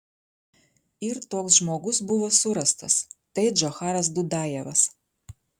ir toks žmogus buvo surastas tai džocharas dudajevas